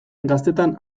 gaztetan